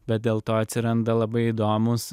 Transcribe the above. bet dėl to atsiranda labai įdomūs